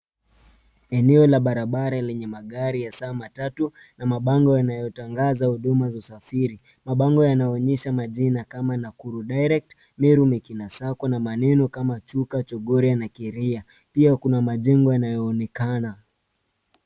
Eneo la barabara lenye magari hasa matatu na mabango yanayotangaza huduma za usafiri. Mabango yanaonyesha majina kama Nakuru Direct, Meru Mekina SACCO na maneno kama Chuka, Chogoria na Kiria. Pia kuna majengo yanayoonekana.